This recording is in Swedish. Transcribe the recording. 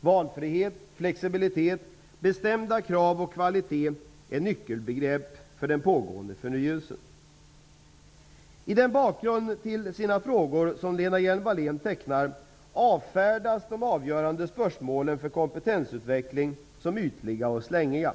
Valfrihet, flexibilitet, bestämda krav och kvalitet är nyckelbegrepp för den pågående förnyelsen. I den bakgrund till sina frågor som Lena Hjelm Wallén tecknar avfärdas de avgörande spörsmålen för kompetensutveckling som ytliga och slängiga.